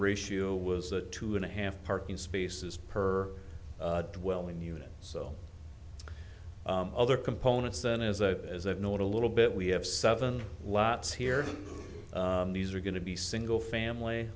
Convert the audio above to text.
ratio was a two and a half parking spaces per dwelling unit so other components then as a as i've noted a little bit we have seven lots here these are going to be single family